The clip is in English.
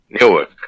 Newark